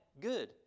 good